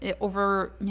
over